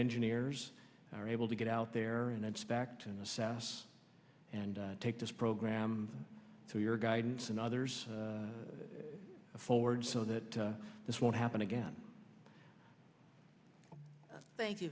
engineers are able to get out there and inspect in the sas and take this program through your guidance and others forward so that this won't happen again thank you